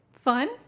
fun